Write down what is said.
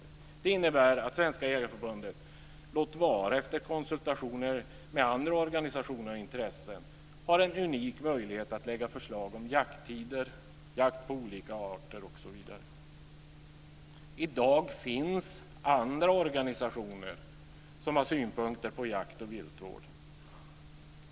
Detta innebär att Svenska Jägareförbundet - låt vara efter konsultationer med andra organisationer och intressen - har en unik möjlighet att lägga fram förslag om jakttider, jakt på olika arter etc. I dag finns det andra organisationer som har synpunkter på jakt och viltvård.